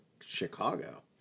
Chicago